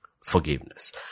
Forgiveness